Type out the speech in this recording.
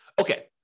Okay